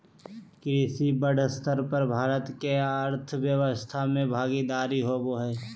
कृषि बड़ स्तर पर भारत के अर्थव्यवस्था में भागीदारी होबो हइ